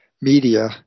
media